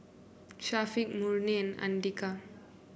Syafiq Murni and Andika